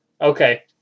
okay